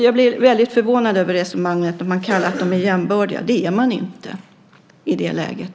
Jag blir väldigt förvånad över att man säger att parterna är jämbördiga. Det är de inte i det läget.